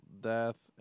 death